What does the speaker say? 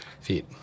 Feet